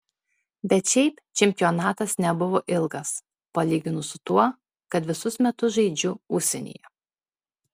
bet šiaip čempionatas nebuvo ilgas palyginus su tuo kad visus metus žaidžiu užsienyje